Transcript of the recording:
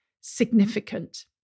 significant